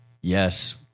yes